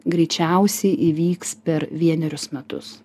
greičiausiai įvyks per vienerius metus